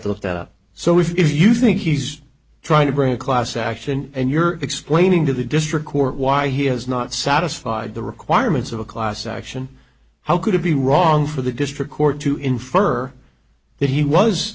to look that up so if you think he's trying to bring a class action and you're explaining to the district court why he has not satisfied the requirements of a class action how could it be wrong for the district court to infer that he was